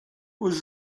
was